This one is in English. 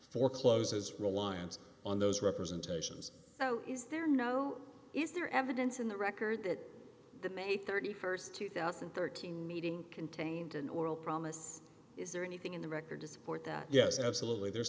forecloses reliance on those representations so is there no is there evidence in the record that the may thirty first two thousand and thirteen meeting contains an oral promise is there anything in the record to support that yes absolutely there